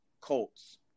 Colts